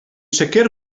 sicr